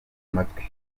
amatwi